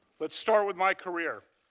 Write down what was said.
let's start with my career.